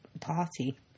party